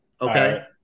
Okay